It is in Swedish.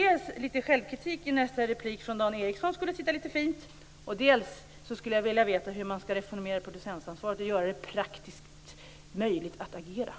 Litet självkritik i nästa inlägg från Dan Ericsson skulle alltså sitta fint. Dessutom skulle jag vilja veta hur man skall reformera producentansvaret och göra det praktiskt möjligt att agera.